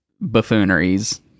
buffooneries